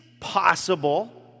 possible